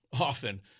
Often